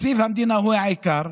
תקציב המדינה הוא העיקר,